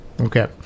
Okay